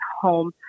home